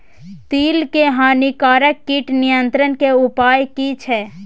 तिल के हानिकारक कीट नियंत्रण के उपाय की छिये?